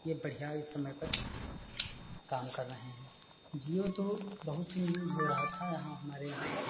यह बढ़िया इस समय पर काम कर रहे हैं जिओ तो बहुत ही यूज हो रहा था यहाँ हमारे यहाँ पर